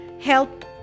help